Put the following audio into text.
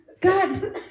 God